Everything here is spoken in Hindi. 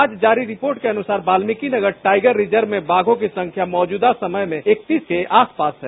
आज जारी रिपोर्ट के अनुसार वाल्मिकीनगर टाइगर रिजर्व में बाघों की संख्या मौजूदा समय में इकतीस के आस पास है